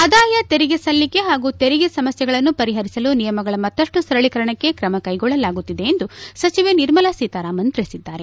ಆದಾಯ ತೆರಿಗೆ ಸಲ್ಲಿಕೆ ಹಾಗೂ ತೆರಿಗೆ ಸಮಸ್ಟೆಗಳನ್ನು ಪರಿಹರಿಸಲು ನಿಯಮಗಳ ಮತ್ತಷ್ಟು ಸರಳೀಕರಣಕ್ಕೆ ಕ್ರಮ ಕ್ಟೆಗೊಳ್ಳಲಾಗುತ್ತಿದೆ ಎಂದು ಸಚಿವೆ ನಿರ್ಮಲಾ ಸೀತಾರಾಮನ್ ತಿಳಿಸಿದ್ದಾರೆ